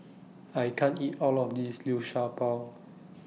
I can't eat All of This Liu Sha Bao